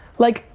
like,